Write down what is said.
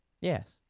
Yes